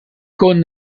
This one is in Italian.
con